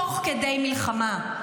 תוך כדי מלחמה.